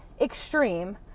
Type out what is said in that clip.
extreme